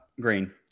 Green